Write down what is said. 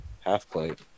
half-plate